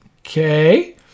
Okay